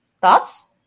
Thoughts